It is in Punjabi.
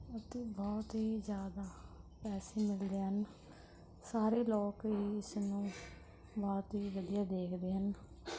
ਅਤੇ ਬਹੁਤ ਹੀ ਜ਼ਿਆਦਾ ਪੈਸੇ ਮਿਲਦੇ ਹਨ ਸਾਰੇ ਲੋਕ ਹੀ ਇਸ ਨੂੰ ਬਹੁਤ ਹੀ ਵਧੀਆ ਦੇਖਦੇ ਹਨ